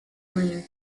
later